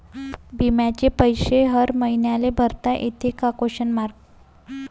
बिम्याचे पैसे हर मईन्याले भरता येते का?